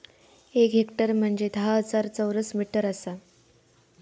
एक हेक्टर म्हंजे धा हजार चौरस मीटर आसा